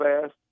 fast